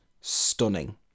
stunning